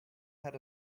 had